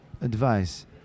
advice